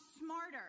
smarter